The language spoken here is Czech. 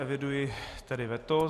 Eviduji tedy veto.